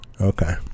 Okay